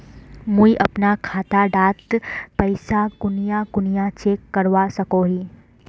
मुई अपना खाता डात पैसा कुनियाँ कुनियाँ चेक करवा सकोहो ही?